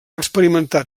experimentat